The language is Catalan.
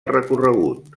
recorregut